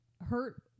hurt